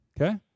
Okay